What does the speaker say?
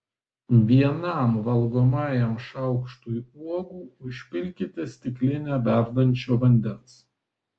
vienam valgomajam šaukštui uogų užpilkite stiklinę verdančio vandens